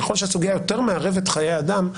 ככל שהסוגייה יותר מערבת חיי אדם,